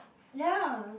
ya